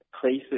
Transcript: places